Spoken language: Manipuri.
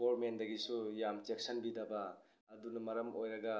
ꯒꯣꯔꯃꯦꯟꯗꯒꯤꯁꯨ ꯌꯥꯝ ꯆꯦꯛꯁꯤꯟꯕꯤꯗꯕ ꯑꯗꯨꯅ ꯃꯔꯝ ꯑꯣꯏꯔꯒ